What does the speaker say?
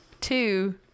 Two